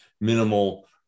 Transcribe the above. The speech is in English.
minimal